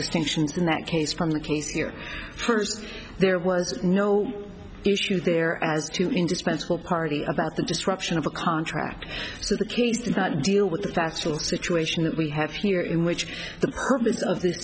distinctions in that case from the case here first there was no issue there as to indispensable party about the disruption of a contract so that deal with the factual situation that we have here in which the purpose of th